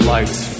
Lights